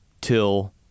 till